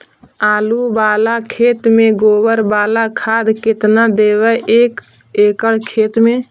आलु बाला खेत मे गोबर बाला खाद केतना देबै एक एकड़ खेत में?